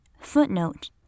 footnote